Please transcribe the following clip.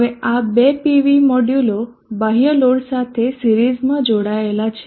હવે આ બે PV મોડ્યુલો બાહ્ય લોડ સાથે સિરીઝમાં જોડાયેલા છે